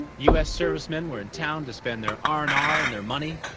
us servicemen were in town to spend their r and r and their money,